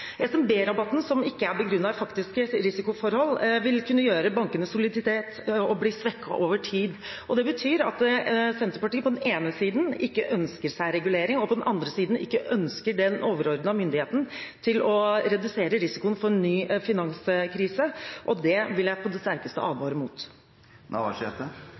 SMB-rabatten, som ikke er begrunnet i faktiske risikoforhold, vil kunne gjøre at bankenes soliditet blir svekket over tid. Det betyr at Senterpartiet på den ene siden ikke ønsker seg regulering, og på den andre siden ikke ønsker den overordnede myndigheten til å redusere risikoen for ny finanskrise. Det vil jeg på det sterkeste